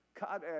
God